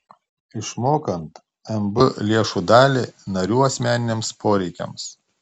išmokant mb lėšų dalį narių asmeniniams poreikiams